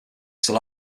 still